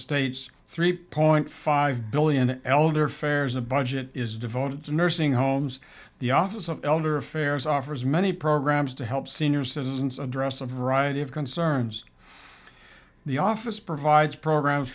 state's three point five billion elder affairs a budget is devoted to nursing homes the office of elder affairs offers many programs to help senior citizens address a variety of concerns the office provides programs